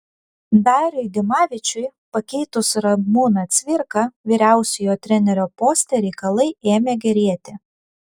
dariui dimavičiui pakeitus ramūną cvirką vyriausiojo trenerio poste reikalai ėmė gerėti